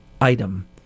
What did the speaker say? item